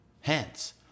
Hence